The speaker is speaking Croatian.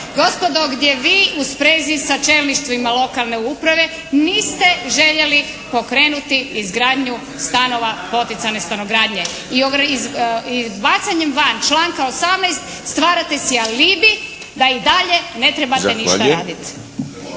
gospodo, gdje vi u sprezi s čelništvima lokalne uprave niste željeli pokrenuti izgradnju stanova poticajne stanogradnje. I bacanjem van članka 18. stvarate si alibi da i dalje ne trebate ništa raditi.